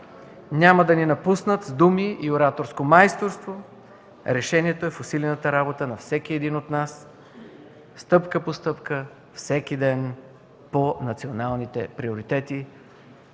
няма да ни напуснат с думи и ораторско майсторство. Решението е в усилената работа на всеки един от нас, стъпка по стъпка, всеки ден по националните приоритети.